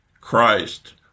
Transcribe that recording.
Christ